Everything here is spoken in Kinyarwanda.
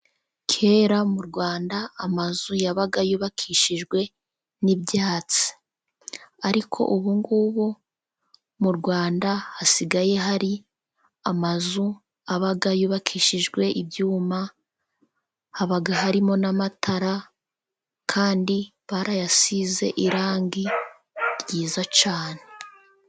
Kera mu rwanda, amazu yabaga yubakishijwe nibyatsi ariko ubu ngubu mu rwanda hasigaye hari amazu abaga yubakishijwe ibyuma, haba harimo n'amatara kandi barayasize irangi ryiza cyane.